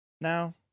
Now